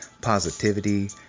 positivity